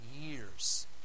years